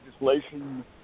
legislation